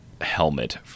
helmet